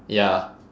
ya